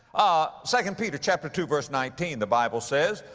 ah, second peter chapter two verse nineteen, the bible says,